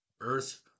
Earth